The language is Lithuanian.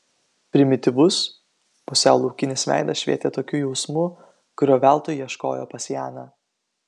primityvus pusiau laukinis veidas švietė tokiu jausmu kurio veltui ieškojo pas janą